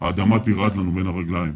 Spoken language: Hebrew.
האדמה תרעד לנו בין הרגליים.